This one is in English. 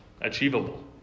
achievable